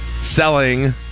selling